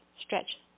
stretch